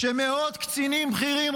כשמאות קצינים בכירים,